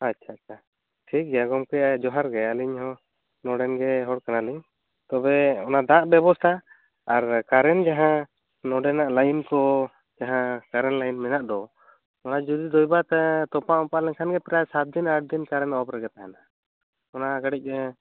ᱟᱪᱪᱷᱟᱼᱟᱪᱪᱷᱟ ᱴᱷᱤᱠ ᱜᱮᱭᱟ ᱜᱚᱝᱠᱮ ᱡᱚᱦᱟᱨ ᱜᱮ ᱟᱹᱞᱤᱧ ᱦᱚᱸ ᱱᱚᱰᱮᱱ ᱜᱮ ᱦᱚᱲ ᱠᱟᱱᱟᱞᱤᱧ ᱛᱚᱵᱮ ᱚᱱᱟ ᱫᱟᱜ ᱵᱮᱵᱚᱥᱛᱟ ᱟᱨ ᱠᱟᱨᱮᱱ ᱡᱟᱦᱟᱸ ᱱᱚᱰᱮᱱᱟᱜ ᱞᱟᱹᱭᱤᱱ ᱠᱚ ᱡᱟᱦᱟᱸ ᱠᱟᱨᱮᱱ ᱞᱟᱹᱭᱤᱱ ᱢᱮᱱᱟᱜ ᱫᱚ ᱚᱱᱟ ᱡᱩᱫᱤ ᱫᱳᱭᱵᱟᱛ ᱛᱚᱯᱟᱜ ᱢᱚᱯᱟᱜ ᱞᱮᱱᱠᱷᱟᱱ ᱠᱷᱟᱱ ᱜᱮ ᱯᱮᱨᱟᱭ ᱥᱟᱛ ᱫᱤᱱ ᱟᱴ ᱫᱤᱱ ᱠᱟᱨᱮᱱ ᱚᱯ ᱨᱮᱜᱮ ᱛᱟᱸᱦᱮᱱᱟ ᱚᱱᱟ ᱠᱟᱹᱴᱤᱡᱼ